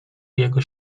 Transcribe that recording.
jego